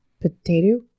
Potato